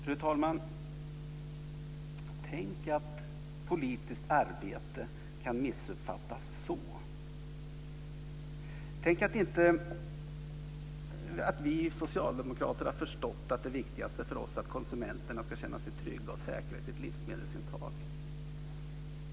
Fru talman! Tänk att politiskt arbete kan missuppfattas. Tänk att vi socialdemokrater inte har förstått att det viktigaste för oss är att konsumenterna ska känna sig trygga och säkra i sitt livsmedelsintag.